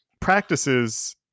practices